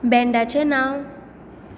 बँडाचें नांव